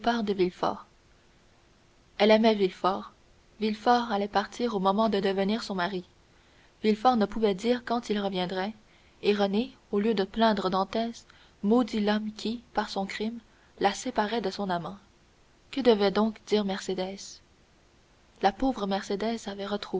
elle aimait villefort villefort allait partir au moment de devenir son mari villefort ne pouvait dire quand il reviendrait et renée au lieu de plaindre dantès maudit l'homme qui par son crime la séparait de son amant que devait donc dire mercédès la pauvre mercédès avait